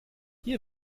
hier